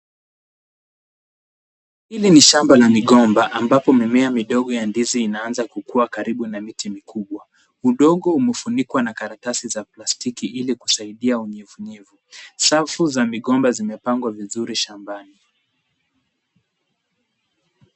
Hili ni shamba la migomba ambapo mimea midogo ya ndizi inaanza kukua karibu na miti mikubwa ya miti. Udongo umefunikwa na karatasi za plastiki ili kusaidia unyevu nyevu . Safu za migomba zimepangwa vizuri shambani.